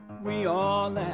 we all